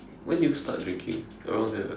when did you start drinking around there right